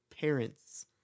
parents